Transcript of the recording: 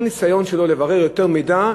כל ניסיון שלו לברר יותר מידע,